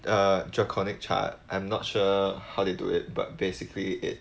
err geochronic chart I'm not sure how they do it but basically it